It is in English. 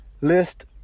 list